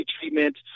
treatment